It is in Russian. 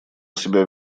себя